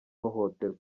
hohoterwa